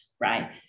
right